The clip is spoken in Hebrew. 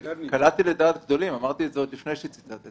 קלעתי לדעת גדולים, אמרתי את זה עוד לפני שציטטת.